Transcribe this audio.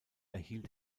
erhielt